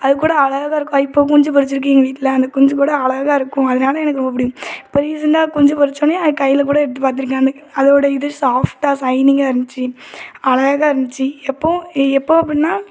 அது கூட அழகா இருக்கும் இப்போது குஞ்சு பொரிச்சிருக்குது எங்கள் வீட்டில் அந்த குஞ்சு கூட அழகா இருக்கும் அதனால் எனக்கு ரொம்ப பிடிக்கும் இப்போது ரீசெண்டாக குஞ்சு பொரிச்சவொடனே அதை கையில் கூட எடுத்து பார்த்துருக்கேன் நான் அதோடு இது சாஃப்ட்டாக இருக்கும் சைனிங்காக இருந்துச்சி அழகா இருந்துச்சி எப்போவும் எப்போ அப்பன்னா